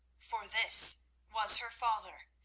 for this was her father,